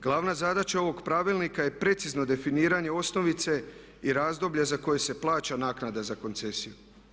Glavna zadaća ovog Pravilnika je precizno definiranje osnovice i razdoblja za koje se plaća naknada za koncesiju.